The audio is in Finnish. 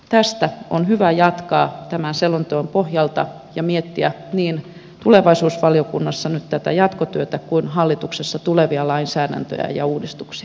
tästä on hyvä jatkaa tämän selonteon pohjalta ja miettiä niin tulevaisuusvaliokunnassa nyt tätä jatkotyötä kuin hallituksessa tulevia lainsäädäntöjä ja uudistuksia